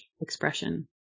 expression